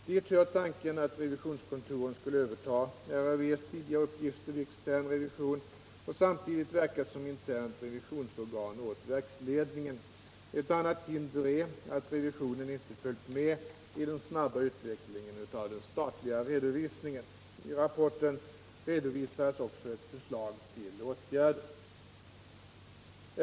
Dit hör tanken att revisionskontoren skulle överta RRV:s tidigare uppgifter vid extern revision och samtidigt verka som internt revisionsorgan åt verksledningen. Ett annat hinder är att revisionen inte följt med i den snabba utvecklingen av den statliga redovisningen. I rapporten redovisas även ett förslag till åtgärder.